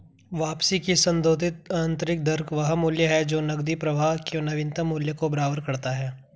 वापसी की संशोधित आंतरिक दर वह मूल्य है जो नकदी प्रवाह के नवीनतम मूल्य को बराबर करता है